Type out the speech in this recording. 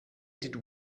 did